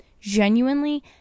Genuinely